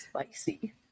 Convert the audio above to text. spicy